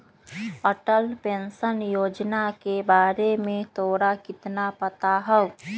Atal pension योजना के बारे में तोरा कितना पता हाउ?